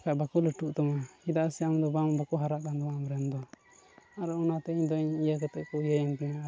ᱵᱟᱠᱷᱟᱱ ᱵᱟᱠᱚ ᱞᱟᱹᱴᱩᱜ ᱛᱟᱢᱟ ᱪᱮᱫᱟᱜ ᱥᱮ ᱟᱢ ᱫᱚ ᱵᱟᱝ ᱵᱟᱠᱚ ᱦᱟᱨᱟᱜ ᱠᱟᱱ ᱛᱟᱢᱟ ᱟᱢ ᱨᱮᱱ ᱫᱚ ᱟᱨ ᱚᱱᱟᱛᱮ ᱤᱧᱫᱚ ᱤᱭᱟᱹ ᱠᱟᱛᱮᱫ ᱠᱚ ᱤᱭᱟᱹᱭᱮᱱ ᱛᱤᱧᱟᱹ ᱟᱨ